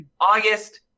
August